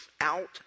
out